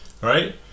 right